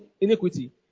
iniquity